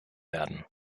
werden